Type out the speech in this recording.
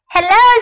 Hello